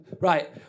Right